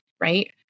right